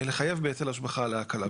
לחייב בהיטל השבחה על ההקלה,